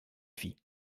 fit